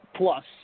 Plus